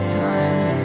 time